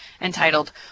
entitled